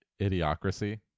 Idiocracy